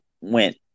went